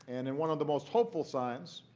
and in one of the most hopeful signs,